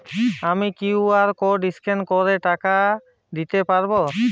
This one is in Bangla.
আমি কিউ.আর কোড স্ক্যান করে টাকা দিতে পারবো?